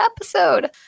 episode